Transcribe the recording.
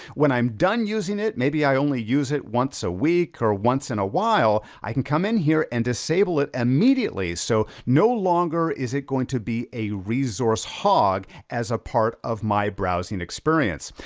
when i'm done using it, maybe i only use it once a week, or once in a while, i can come in here and disable it immediately, so no longer is it going to be a resource hog, as a part of my browsing experience.